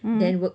mm